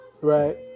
Right